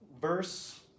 verse